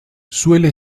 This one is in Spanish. suele